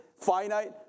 finite